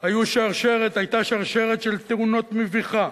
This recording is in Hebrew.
היתה שרשרת מביכה